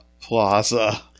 Plaza